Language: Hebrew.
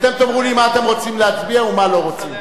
אתם תאמרו לי מה אתם רוצים להצביע ומה לא רוצים.